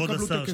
כבוד השר,